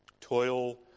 toil